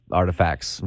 artifacts